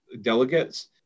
delegates